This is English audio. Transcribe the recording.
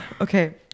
Okay